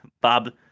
Bob